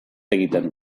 egiten